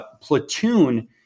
Platoon